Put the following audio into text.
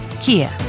Kia